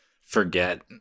forget